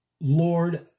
Lord